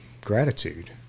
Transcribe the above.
gratitude